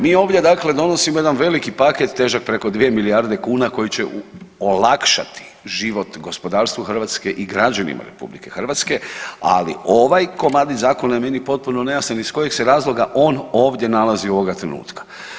Mi ovdje dakle donosimo jedan veliki paket težak preko 2 milijarde kuna koji će olakšati život gospodarstvu Hrvatske i građanima RH, ali ovaj komadić zakona je meni potpuno nejasan iz kojeg se razloga on ovdje nalazi ovoga trenutka.